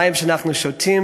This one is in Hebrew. זה המים שאנחנו שותים,